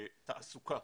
תעסוקה,